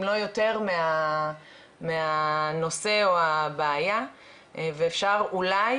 אם לא יותר מהנושא או הבעיה ואפשר אולי,